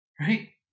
right